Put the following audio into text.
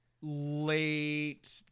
late